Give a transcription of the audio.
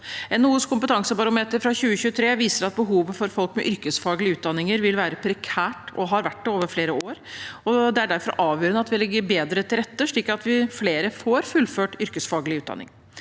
NHOs kompetansebarometer fra 2023 viser at behovet for folk med yrkesfaglig utdanning vil være prekært og har vært det over flere år. Det er derfor avgjørende at vi legger bedre til rette, slik at flere får fullført yrkesfaglig utdanning.